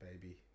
Baby